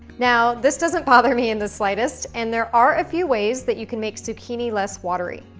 now, this doesn't bother me in the slightest, and there are a few ways that you can make zucchini less watery.